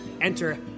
enter